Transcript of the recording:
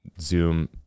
zoom